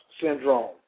syndrome